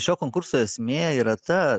šio konkurso esmė yra ta